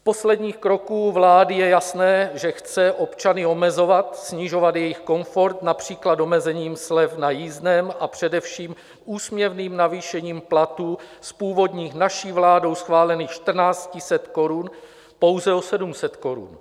Z posledních kroků vlády je jasné, že chce občany omezovat, snižovat jejich komfort, například omezením slev na jízdném, a především úsměvným navýšením platů z původních, naší vládou schválených 1 400 korun pouze o 700 korun.